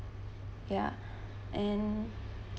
ya and